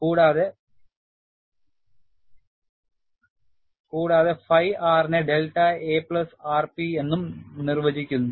കൂടാതെ Phi R നെ delta a plus rp എന്നും നിർവചിക്കുന്നു